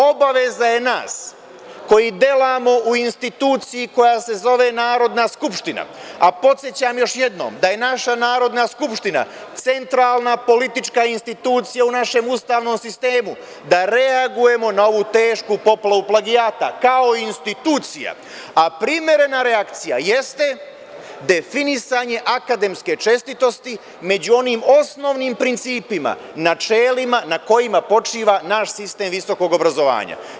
Obaveza je nas koji delamo u instituciji koja se zove Narodna skupština, a podsećam još jednom da je naša Narodna skupština centralna politička institucija u našem ustavnom sistemu, da reagujemo na ovu tešku poplavu plagijata kao institucija, a primerena reakcija jeste definisanje akademske čestitosti među onim osnovnim principima, načelima na kojima počiva naš sistem visokog obrazovanja.